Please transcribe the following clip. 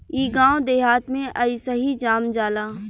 इ गांव देहात में अइसही जाम जाला